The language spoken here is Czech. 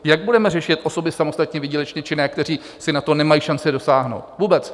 Jak budeme řešit osoby samostatně výdělečně činné, které na to nemají šanci dosáhnout vůbec?